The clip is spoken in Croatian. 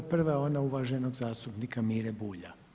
Prva je ona uvaženog zastupnika Mire Bulja.